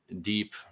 deep